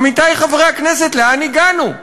עמיתי חברי הכנסת, לאן הגענו?